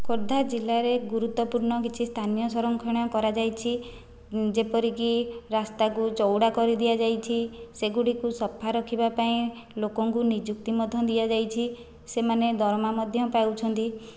ଖୋର୍ଦ୍ଧା ଜିଲ୍ଲାରେ ଗୁରୁତ୍ୱପୂର୍ଣ୍ଣ କିଛି ସ୍ଥାନୀୟ ସଂରକ୍ଷଣ କରାଯାଇଛି ଯେପରିକି ରାସ୍ତାକୁ ଚଉଡ଼ା କରିଦିଆଯାଇଛି ସେଗୁଡ଼ିକୁ ସଫା ରଖିବା ପାଇଁ ଲୋକଙ୍କୁ ନିଯୁକ୍ତି ମଧ୍ୟ ଦିଆଯାଇଛି ସେମାନେ ଦରମା ମଧ୍ୟ ପାଉଛନ୍ତି